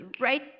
right